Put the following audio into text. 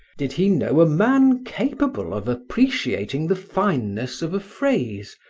did he know a man capable of appreciating the fineness of a phrase,